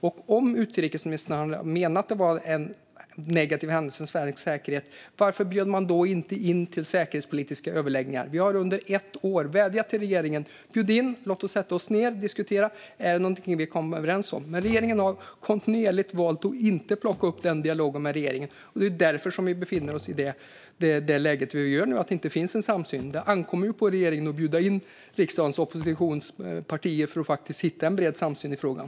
Men om utrikesministern menade att det var en negativ händelse för Sveriges säkerhet, varför bjöd man då inte in till säkerhetspolitiska överläggningar? Vi har under ett år vädjat till regeringen att bjuda in oss så att vi kan sätta oss ned och diskutera om det är något som vi kan komma överens om, men regeringen har kontinuerligt valt att inte plocka upp den dialogen. Det är därför vi befinner oss i det läge vi gör, där det inte finns någon samsyn. Det ankommer på regeringen att bjuda in riksdagens oppositionspartier för att hitta en bred samsyn i frågan.